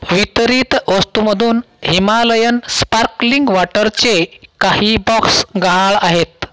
वितरित वस्तूमधून Himalayan sparkling वाटरचे काही बॉक्स गहाळ आहेत